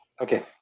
Okay